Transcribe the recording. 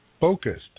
focused